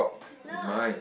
he's not